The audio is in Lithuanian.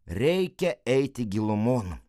reikia eiti gilumon